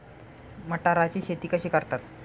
मटाराची शेती कशी करतात?